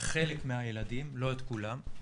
חלק מהילדים, לא את כולם.